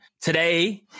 today